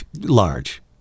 large